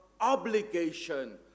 obligation